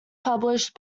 published